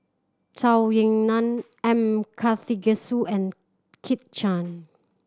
Zhou Ying Nan M Karthigesu and Kit Chan